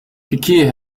piquet